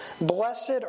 Blessed